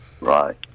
Right